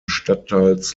stadtteils